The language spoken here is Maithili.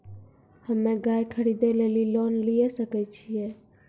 हम्मे गाय खरीदे लेली लोन लिये सकय छियै?